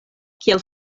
kiel